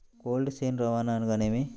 Cold chain రవాణా అనగా నేమి?